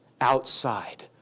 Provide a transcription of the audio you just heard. outside